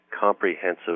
comprehensive